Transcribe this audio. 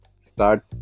Start